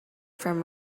from